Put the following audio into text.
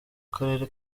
karere